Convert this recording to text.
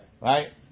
right